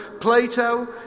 Plato